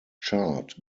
chart